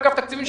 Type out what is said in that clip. אגף התקציבים,